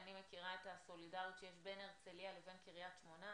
אני מכירה את הסולידריות שיש בין הרצליה לבין קרית שמונה,